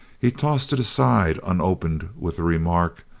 he tossed it aside unopened with the remark,